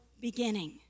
beginning